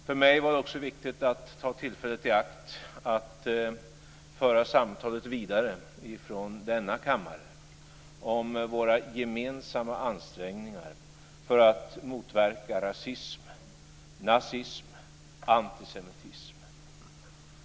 För mig var det också viktigt att ta tillfället i akt att föra samtalet vidare från denna kammare om våra gemensamma ansträngningar för att motverka rasism, nazism och antisemitism.